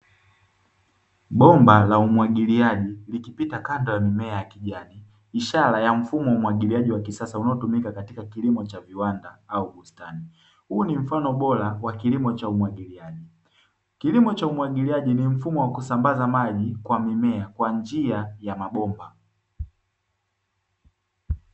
Bomba la umwagiliaji likipita kando ya mimea ya kijani ishara la mfumo wa umwagiliaji wa kisasa unaotumika katika kilimo cha viwanda au bustani; huu ni mfano bora wa kilimo cha umwagiliaji, kilimo cha umwagiliaji ni mfumo wa kusambaza maji kwa mimea kwa njia ya mabomba.